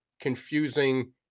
confusing